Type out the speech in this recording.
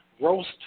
roast